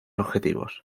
objetivos